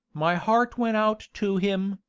my heart went out to him,